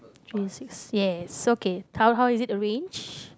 twenty six yes okay how how is it arranged